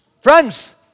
Friends